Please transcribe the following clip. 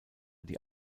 die